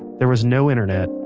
there was no internet,